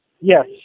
Yes